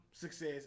Success